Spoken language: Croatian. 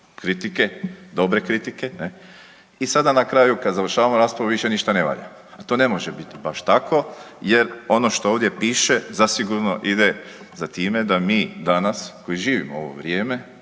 kritike, dobre kritike i sada na kraju kada završavamo raspravu više ništa ne valja, a to ne može biti vaš tako jer ono što ovdje piše zasigurno ide za time da mi danas koji živimo u ovo vrijeme